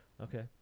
Okay